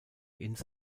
ins